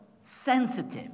sensitive